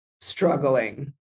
struggling